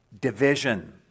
division